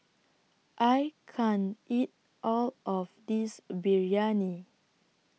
I can't eat All of This Biryani